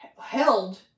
Held